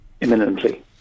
imminently